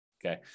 Okay